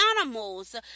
animals